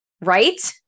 right